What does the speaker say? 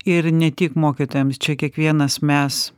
ir ne tik mokytojams čia kiekvienas mes